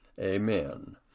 Amen